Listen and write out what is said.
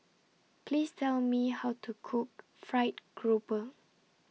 Please Tell Me How to Cook Fried Grouper